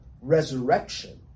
resurrection